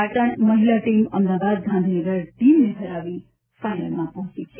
પાટણની મહિલા ટીમ અમદાવાદ ગાંધીનગરની ટીમને હરાવી ફાઇનલમાં પહોંચી છે